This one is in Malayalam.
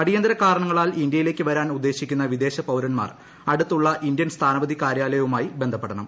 അടിയന്തര കാരണങ്ങളാൽ ഇന്ത്യയിലേക്ക് വരാൻ ഉദ്ദേശിക്കുന്ന വിദേശ പൌരന്മാർ അടുത്തുള്ള ഇന്ത്യൻ സ്ഥാനപതി കാര്യാലയവുമായി ബന്ധപ്പെടണം